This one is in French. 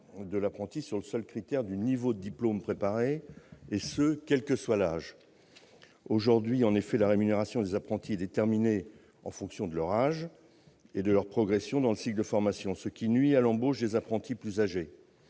de l'apprenti sur le seul critère du niveau de diplôme préparé, quel que soit son âge. Aujourd'hui, la rémunération des apprentis est déterminée en fonction de leur âge et de leur progression dans le cycle de formation, ce qui nuit à l'embauche des apprentis plus âgés.